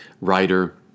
writer